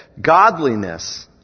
Godliness